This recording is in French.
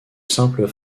simples